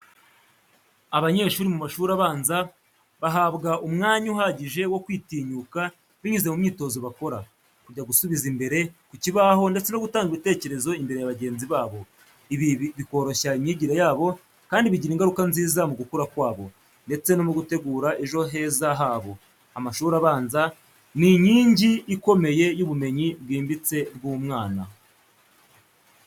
Abanyeshuri mu mashuri abanza bahabwa umwanya uhagije wo kwitinyuka binyuze mu myitozo bakora, kujya gusubiza imbere ku kibaho ndetse no gutanga ibitekerezo imbere ya bagenzi babo. Ibi bikoroshya imyigire yabo kandi bigira ingaruka nziza mu gukura kwabo, ndetse no mu gutegura ejo heza habo. Amashuri abanza ni inkingi ikomeye y’ubumenyi bwimbitse bw’umwana.